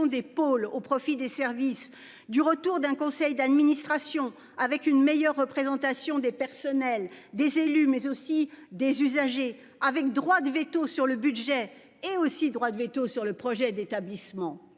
des pôles au profit des services du retour d'un conseil d'administration avec une meilleure représentation des personnels des élus mais aussi des usagers avec droit de véto sur le budget et aussi. Droit de véto sur le projet d'établissement.